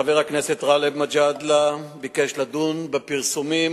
חבר הכנסת גאלב מג'אדלה ביקש לדון בפרסומים